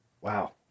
Wow